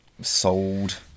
sold